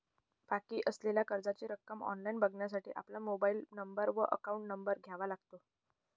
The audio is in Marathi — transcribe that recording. बाकी असलेल्या कर्जाची रक्कम ऑनलाइन बघण्यासाठी आपला मोबाइल नंबर व अकाउंट नंबर द्यावा लागतो